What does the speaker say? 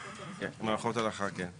מערכות הלכה, כן.